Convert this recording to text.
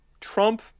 Trump